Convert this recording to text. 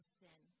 sin